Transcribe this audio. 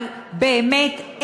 אבל באמת,